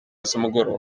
z’umugoroba